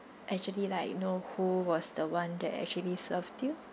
actually like you know who was the one that actually served you